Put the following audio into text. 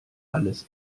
alles